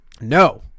no